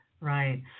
Right